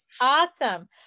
Awesome